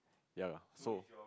ya lah so